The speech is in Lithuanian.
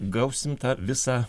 gausim tą visą